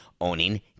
owning